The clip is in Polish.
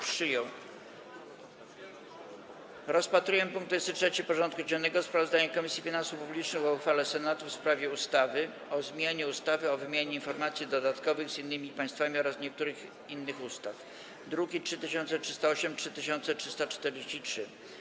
Przystępujemy do rozpatrzenia punktu 23. porządku dziennego: Sprawozdanie Komisji Finansów Publicznych o uchwale Senatu w sprawie ustawy o zmianie ustawy o wymianie informacji podatkowych z innymi państwami oraz niektórych innych ustaw (druki nr 3308 i 3343)